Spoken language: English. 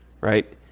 right